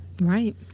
Right